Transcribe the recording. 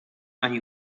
ani